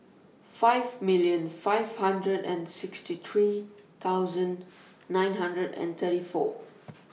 five million five hunderd and sixty three thsoud nine hundred and thirty four